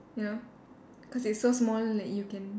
ya cause it's so small that you can